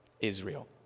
Israel